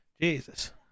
jesus